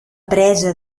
presa